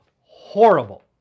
horrible